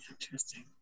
Interesting